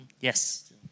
Yes